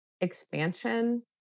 expansion